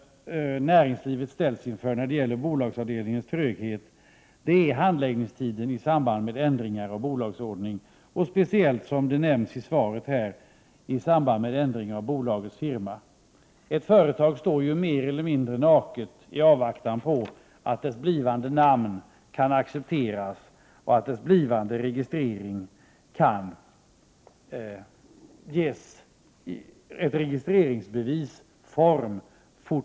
1988/89:94 ställts inför är bolagsavdelningens tröghet när det gäller handläggningstider — 11 april 1989 na i samband med ändringar av bolagsordning och speciellt, som nämns i svaret, i samband med ändring av bolagets firma. Ett företag står mer eller mindre naket i avvaktan på att dess blivande namn kan accepteras och på att dess registreringsbevis får form.